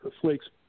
Flake's